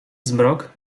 zmrok